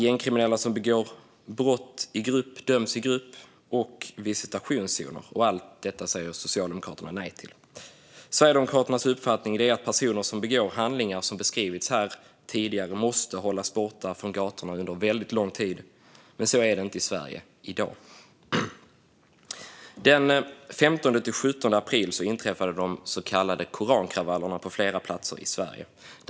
Gängkriminella som begår brott i grupp döms i grupp. Man har också infört visitationszoner. Allt detta säger Socialdemokraterna nej till. Sverigedemokraternas uppfattning är att personer som begår sådana handlingar som beskrivits här tidigare måste hållas borta från gatorna under väldigt lång tid. Men så är det inte i Sverige i dag. Den 15-17 april inträffade de så kallade korankravallerna på flera platser i Sverige.